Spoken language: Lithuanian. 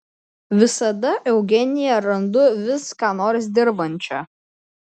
visada eugeniją randu vis ką nors dirbančią